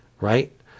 right